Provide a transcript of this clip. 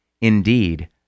Indeed